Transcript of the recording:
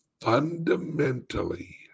fundamentally